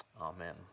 amen